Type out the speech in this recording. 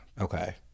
Okay